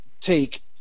Take